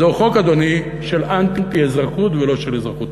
זהו חוק, אדוני, של אנטי-אזרחות, ולא של אזרחות.